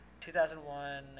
2001